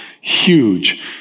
huge